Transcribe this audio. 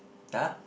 huh